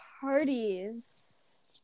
parties